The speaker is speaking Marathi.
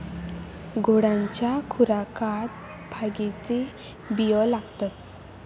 घोड्यांच्या खुराकात भांगेचे बियो घालतत